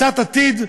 קצת עתיד,